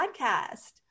podcast